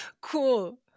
Cool